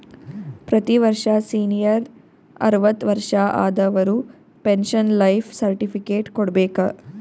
ಪ್ರತಿ ವರ್ಷ ಸೀನಿಯರ್ ಅರ್ವತ್ ವರ್ಷಾ ಆದವರು ಪೆನ್ಶನ್ ಲೈಫ್ ಸರ್ಟಿಫಿಕೇಟ್ ಕೊಡ್ಬೇಕ